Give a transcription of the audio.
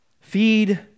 Feed